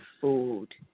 food